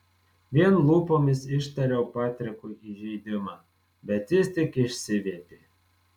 vien lūpomis ištariau patrikui įžeidimą bet jis tik išsiviepė